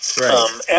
Right